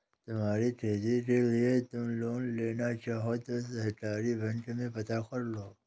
तुम्हारी खेती के लिए तुम लोन लेना चाहो तो सहकारी बैंक में पता करलो